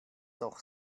doch